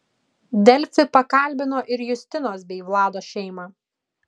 delfi pakalbino ir justinos bei vlado šeimą